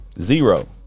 Zero